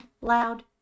loud